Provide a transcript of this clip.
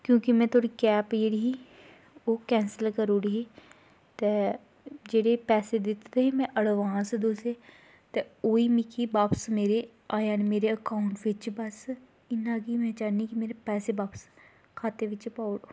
क्योंकि में कैब तुआढ़ी ही ओह् कैंसल करी ओड़ी ही ते जेह्ड़े पैसे दित्ते दे हे अड़बांस तुसेंगी ते ओही ही मिकी बापस मेरे आ जान मेरे अकाउंट बिच्च बस इन्ना गै में चाह्न्नी कि मेरे पैसे बापस खात्ते बिच्च पाई ओड़ो